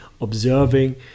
observing